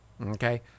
Okay